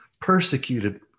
persecuted